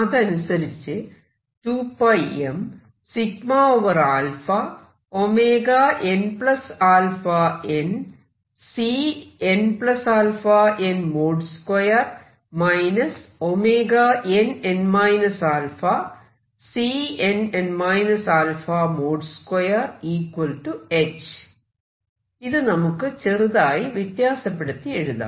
അതനുസരിച്ച് ഇത് നമുക്ക് ചെറുതായി വ്യത്യാസപ്പെടുത്തി എഴുതാം